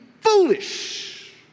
foolish